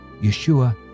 Yeshua